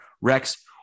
Rex